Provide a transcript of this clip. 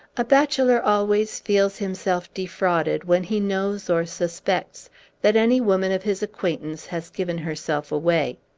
a bachelor always feels himself defrauded, when he knows or suspects that any woman of his acquaintance has given herself away.